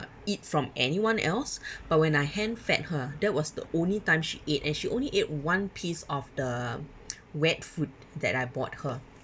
eat from anyone else but when I hand fed her that was the only time she ate and she only ate one piece of the wet food that I bought her